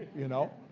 you know?